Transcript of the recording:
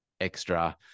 extra